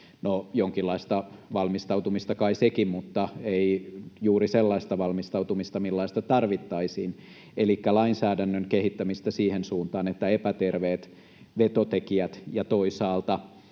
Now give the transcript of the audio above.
jonkinlaista valmistautumista kai sekin, mutta ei juuri sellaista valmistautumista, millaista tarvittaisiin, elikkä lainsäädännön kehittämistä siihen suuntaan, että epäterveitä vetotekijöitä ja toisaalta